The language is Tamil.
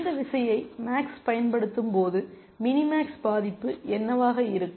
இந்த விசையை மேக்ஸ் பயன்படுத்தும் போது மினி மேக்ஸ் மதிப்பு என்னவாக இருக்கும்